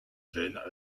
gênes